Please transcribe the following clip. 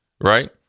right